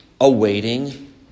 awaiting